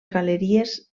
galeries